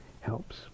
helps